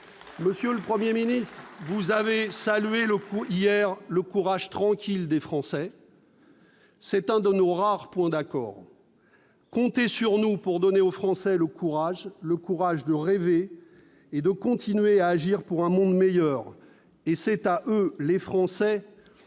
Monsieur le Premier ministre, vous avez salué hier le courage tranquille des Français. C'est un de nos rares points d'accord. Comptez sur nous pour donner aux Français le courage de rêver et de continuer à agir pour un monde meilleur. Hier, vous avez